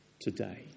today